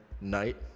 night